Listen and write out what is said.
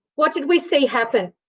what did we see happen?